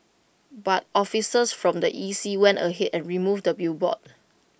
but officers from the E C went ahead and removed the billboard